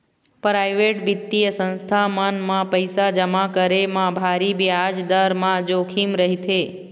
private बित्तीय संस्था मन म पइसा जमा करे म भारी बियाज दर म जोखिम रहिथे